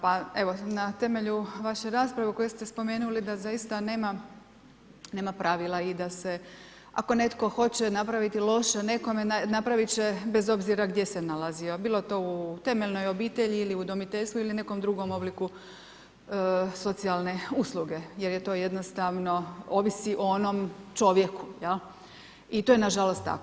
Pa evo na temelju vaše rasprave u kojoj ste spomenuli da zaista nema pravila i da se ako netko hoće napraviti loše nekome, napravit će bez obzira gdje se nalazio, bilo to u temeljnoj obitelji ili udomiteljstvu ili nekom drugom obliku socijalne usluge jer to jednostavno ovisi o onome čovjeku, jel', i to je nažalost tako.